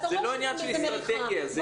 בוקר טוב,